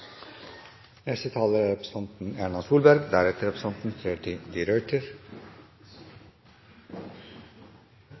neste taler er representanten Anne Marit Bjørnflaten. Representanten